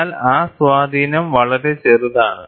എന്നാൽ ആ സ്വാധീനം വളരെ ചെറുതാണ്